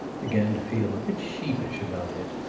began to feel a bit sheepish about it.